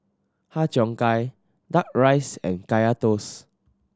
Har Cheong Gai Duck Rice and Kaya Toast